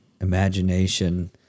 imagination